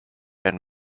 and